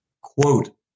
quote